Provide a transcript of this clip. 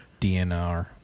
DNR